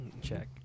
check